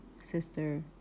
sister